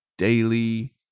Daily